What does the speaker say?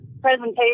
presentation